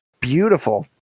beautiful